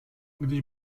když